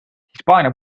hispaania